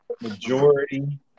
majority